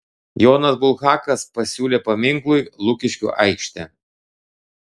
jonas bulhakas pasiūlė paminklui lukiškių aikštę